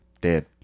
dead